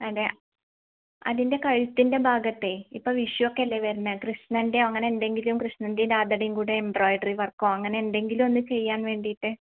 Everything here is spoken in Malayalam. അതെ അതിൻ്റെ കഴുത്തിൻ്റെ ഭാഗത്തേ ഇപ്പം വിഷു ഒക്കെ അല്ലേ വരുന്നത് കൃഷ്ണൻ്റെയോ അങ്ങനെ എന്തെങ്കിലും കൃഷ്ണൻ്റെയും രാധയുടേയും കൂടെ എംബ്രോയ്ഡറി വർക്കോ അങ്ങനെ എന്തെങ്കിലും ഒന്ന് ചെയ്യാൻ വേണ്ടിയിട്ട്